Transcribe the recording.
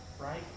right